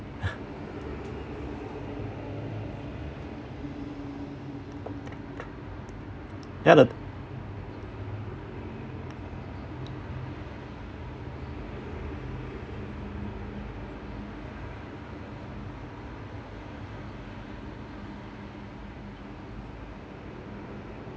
yah the